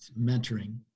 mentoring